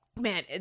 Man